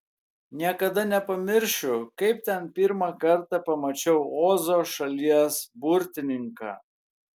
niekada nepamiršiu kaip ten pirmą kartą pamačiau ozo šalies burtininką